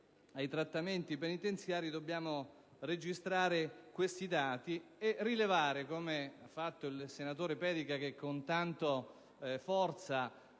ai trattamenti penitenziari, sia necessario registrare questi dati e rilevare - come ha fatto il senatore Pedica, che con tanta forza